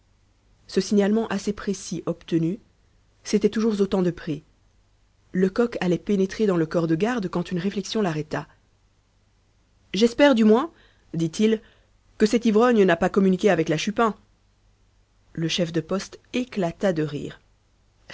ce signalement assez précis obtenu c'était toujours autant de pris lecoq allait pénétrer dans le corps de garde quand une réflexion l'arrêta j'espère du moins dit-il que cet ivrogne n'a pas communiqué avec la chupin le chef de poste éclata de rire